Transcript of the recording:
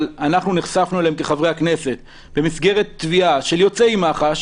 אבל אנחנו נחשפנו אליהם כחברי הכנסת במסגרת תביעה של יוצאי מח"ש